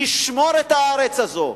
לשמור את הארץ הזאת,